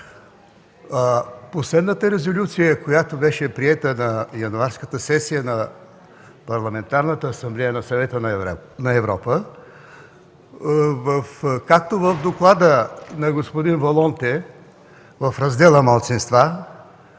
Последната резолюция, която беше приета на Януарската сесия на Парламентарната асамблея на Съвета на Европа, както в доклада на господин Волонте в Раздел „Малцинства”,